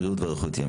בריאות ואריכות ימים.